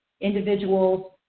individuals